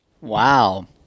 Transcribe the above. Wow